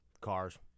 Cars